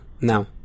now